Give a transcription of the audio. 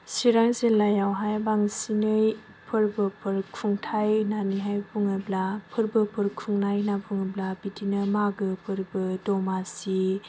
चिरां जिल्लायावहाय बांसिनै फोरबोफोर खुंथाय होननानैहाय बुङोब्ला फोरबोफोर खुंनाय होननानै बुङोब्ला बेबायदिनो मागो फोरबो दमासि